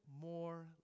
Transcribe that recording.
more